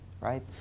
right